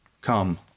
Come